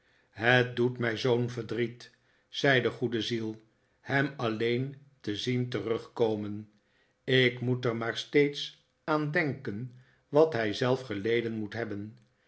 het doet mij zoo'n verdriet zei de goede ziel hem alleen te zien terugkomen ik moet er maar steeds aan denken wat hij zelf geleden moet hebben